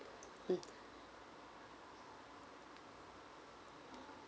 mm